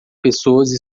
pessoas